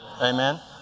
amen